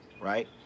right